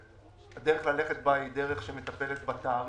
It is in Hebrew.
הדרך ללכת בה היא הדרך שמטפלת בתאריך.